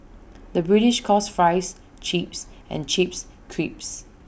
the British calls Fries Chips and Chips Crisps